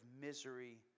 misery